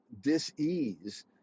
dis-ease